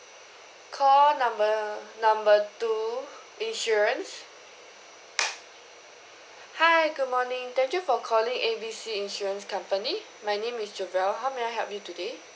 call number number two insurance hi good morning thank you for calling A B C insurance company my name is jovelle how may I help you today